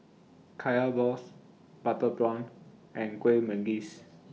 Kaya Balls Butter Prawn and Kueh Manggis